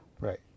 Right